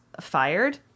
fired